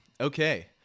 okay